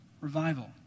Revival